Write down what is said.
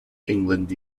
england